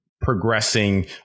Progressing